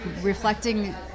reflecting